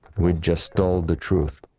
which just told the truth,